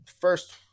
first